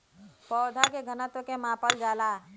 पौधा के घनत्व के मापल जाला